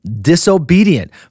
disobedient